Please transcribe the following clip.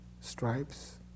stripes